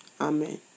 Amen